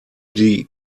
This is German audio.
die